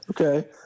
okay